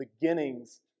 Beginnings